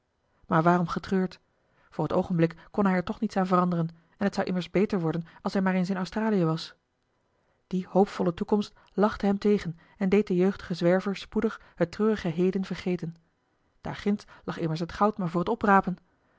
maar waarom getreurd voor het oogenblik kon hij er toch niets aan veranderen en het zou immers beter worden als hij maar eens in australië was die hoopvolle toekomst lachte hem tegen en deed den jeugdigen zwerver spoedig het treurige heden vergeten daar ginds lag immers het goud maar voor het oprapen